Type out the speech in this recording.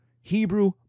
Hebrew